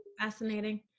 Fascinating